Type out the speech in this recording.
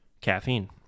Caffeine